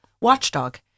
watchdog